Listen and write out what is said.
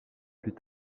plus